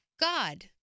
God